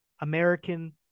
american